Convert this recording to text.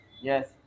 Yes